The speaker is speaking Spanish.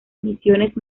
misiones